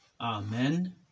amen